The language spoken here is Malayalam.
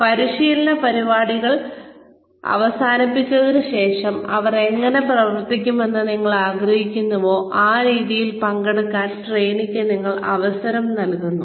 അതിനാൽ പരിശീലന പരിപാടിയിൽ പരിശീലന പരിപാടി അവസാനിച്ചതിന് ശേഷം അവർ എങ്ങനെ പ്രവർത്തിക്കണമെന്ന് നിങ്ങൾ ആഗ്രഹിക്കുന്നുവോ ആ രീതിയിൽ പങ്കെടുക്കാൻ ട്രെയിനിക്ക് നിങ്ങൾ അവസരം നൽകുന്നു